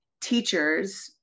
teachers